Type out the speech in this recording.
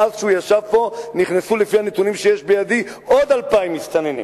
מאז ישב פה נכנסו לפי הנתונים שיש בידי עוד 2,000 מסתננים,